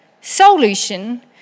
solution